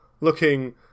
looking